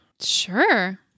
Sure